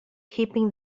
keeping